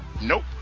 Nope